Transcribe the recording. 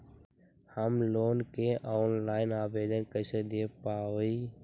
Home loan के online आवेदन कैसे दें पवई?